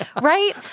right